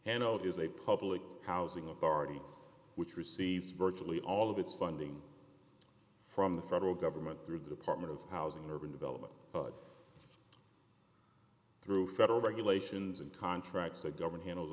it is a public housing authority which receives virtually all of its funding from the federal government through the department of housing and urban development through federal regulations and contracts that govern handles